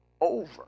over